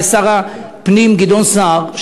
לשר הפנים גדעון סער,